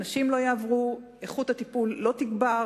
אנשים לא יעברו, איכות הטיפול לא תעלה,